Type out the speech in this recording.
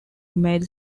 made